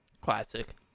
Classic